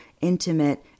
intimate